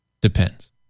Depends